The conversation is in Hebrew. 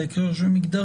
בהקשר של מגדר